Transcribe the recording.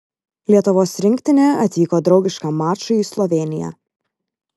lietuvos rinktinė atvyko draugiškam mačui į slovėniją